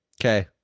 okay